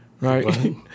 right